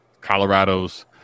Colorado's